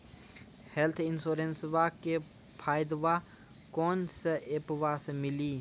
Health इंश्योरेंसबा के फायदावा कौन से ऐपवा पे मिली?